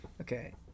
Okay